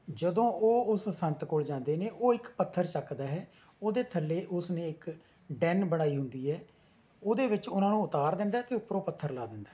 ਜਦੋਂ ਉਹ ਉਸ ਸੰਤ ਕੋਲ ਜਾਂਦੇ ਨੇ ਉਹ ਇੱਕ ਪੱਥਰ ਚੱਕਦਾ ਹੈ ਉਹਦੇ ਥੱਲੇ ਉਸ ਨੇ ਇਕ ਡੈਂਨ ਬਣਾਈ ਹੁੰਦੀ ਹੈ ਉਹਦੇ ਵਿੱਚ ਉਹਨਾਂ ਨੂੰ ਉਤਾਰ ਦਿੰਦਾ ਹੈ ਅਤੇ ਉਪਰੋਂ ਪੱਥਰ ਲਾ ਦਿੰਦਾ ਹੈ